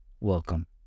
Welcome